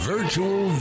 Virtual